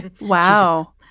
Wow